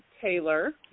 Taylor